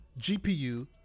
gpu